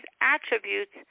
attributes